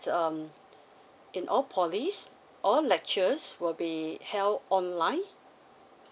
um in all poly all lectures will be held online